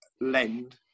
lend